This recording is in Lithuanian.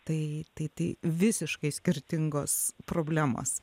tai tai tai visiškai skirtingos problemos